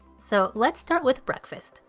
so let's start with breakfast.